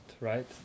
right